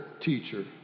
teacher